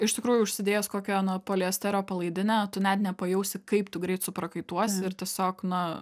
iš tikrųjų užsidėjęs kokią na poliesterio palaidinę tu net nepajausi kaip tu greit suprakaituosi ir tiesiog na